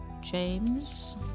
James